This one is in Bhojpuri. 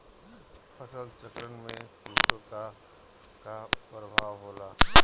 फसल चक्रण में कीटो का का परभाव होला?